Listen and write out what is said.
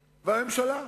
והממשלה.